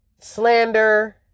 slander